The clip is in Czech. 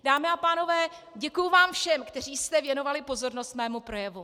Dámy a pánové, děkuji vám všem, kteří jste věnovali pozornost mému projevu.